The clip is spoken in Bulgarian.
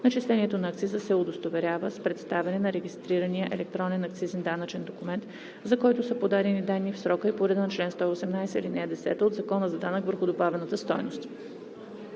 начисляването на акциза се удостоверява с представяне на регистрирания електронен акцизен данъчен документ, за който са подадени данни в срока и по реда на чл. 118, ал. 10 от Закона за данък върху добавената стойност.